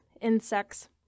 insects